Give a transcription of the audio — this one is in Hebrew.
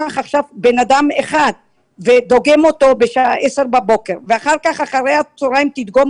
עכשיו בן אדם אחד ודוגם אותו בשעה 10:00 ואחר הצהריים תדגום